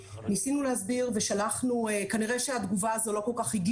ניסינו להסביר ושלחנו כנראה שהתגובה לא כל כך הגיעה.